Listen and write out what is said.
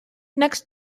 next